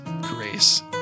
Grace